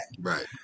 Right